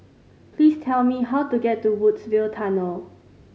please tell me how to get to Woodsville Tunnel